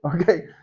okay